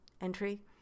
entry